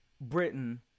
Britain